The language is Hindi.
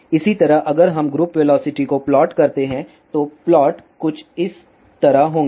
इसी तरह अगर हम ग्रुप वेलोसिटी को प्लॉट करते हैं तो प्लॉट कुछ इस तरह होंगे